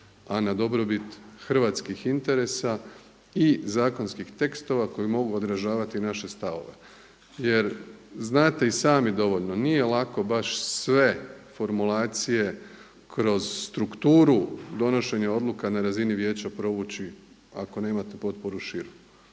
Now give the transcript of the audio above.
a na dobrobit hrvatskih interesa i zakonskih tekstova koji mogu odražavati naše stavove. Jer znate i sami dovoljno. Nije lako baš sve formulacije kroz strukturu donošenja odluka na razini Vijeća provući ako nemate potporu širu.